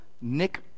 nick